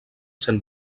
sent